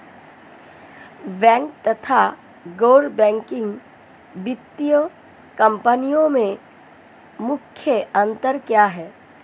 Bank तथा गैर banking वित्तीय कंपनियों में मुख्य अंतर क्या है?